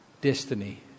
destiny